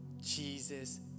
Jesus